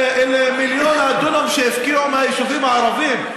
מול מיליון הדונם שהפקיעו מהיישובים הערביים.